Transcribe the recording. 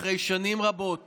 אחרי שנים רבות